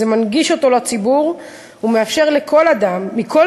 זה מנגיש אותו לציבור ומאפשר לכל אדם מכל